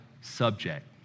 subject